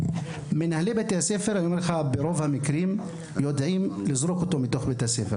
מנהלי בית הספר ברוב המקרים יודעים איך לזרוק אותו מתוך בית הספר.